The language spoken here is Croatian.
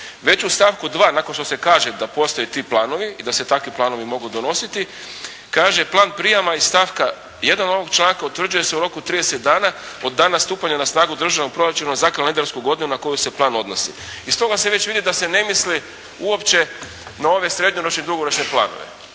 Već u stavku dva nakon što se kaže da postoje ti planovi i da se takvi planovi mogu donositi kaže plan prijama iz stavka 1. ovog članka utvrđuje se u roku od 30 dana od dana stupanja na snagu državnog proračuna za kalendarsku godinu na koju se plan odnosi. Iz toga se već vidi da se ne misli uopće na ove srednjoročne i dugoročne planove,